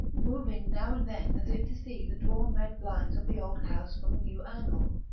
moving now and then as if to see the drawn red blinds of the old house from a new angle,